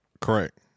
Correct